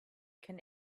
can